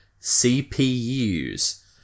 CPUs